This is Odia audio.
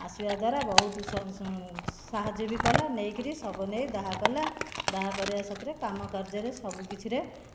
ଆସିବା ଦ୍ୱାରା ବହୁତ ସାହାଯ୍ୟ ବି କଲା ନେଇକିରି ବି ଶବ ନେଇ ଦାହ କଲା ଦାହ କରିବା ସାଥିରେ କାମ କାର୍ଯ୍ୟରେ ସବୁକିଛିରେ